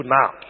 now